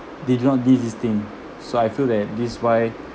they do not need this thing so I feel that this is why